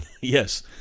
Yes